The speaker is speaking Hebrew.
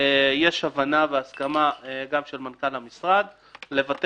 יש הבנה והסכמה גם של מנכ"ל המשרד לוותר